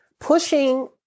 pushing